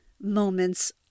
moments